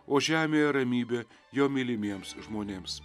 o žemėje ramybė jo mylimiems žmonėms